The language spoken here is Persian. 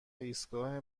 ایستگاه